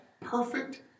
perfect